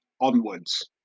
onwards